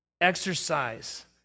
Exercise